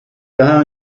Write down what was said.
daha